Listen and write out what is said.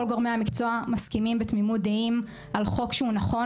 כל גורמי המקצוע מסכימים בתמימות דעים על חוק שהוא נכון